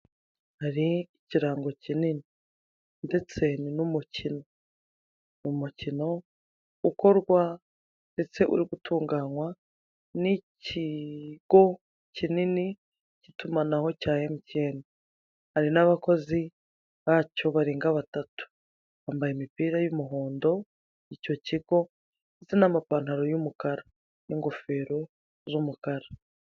Hari ikirango kinini, ndetse ni n'umukono, umukino ukorwa ndetse uri gutunganwa n'ikigo kinini cy'itumanaho cya emutiyene, hari n'abakozi bacyo barenga batatu, bambaye imipira y'imihondo y'icyo kigo, ndetse n'amapantaro y'umukara n'ingofero y'umukara.